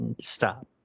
stop